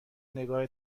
نگاه